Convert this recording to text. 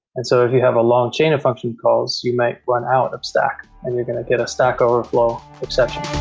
and so if you have a long chain of function calls, you might run out of stack and you're going to get a stack overflow exception.